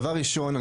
דבר ראשון,